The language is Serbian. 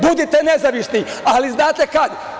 Budite nezavisni, ali znate kad?